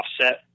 offset